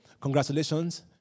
congratulations